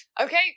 Okay